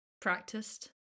Practiced